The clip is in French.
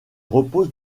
repose